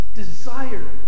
desire